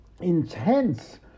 intense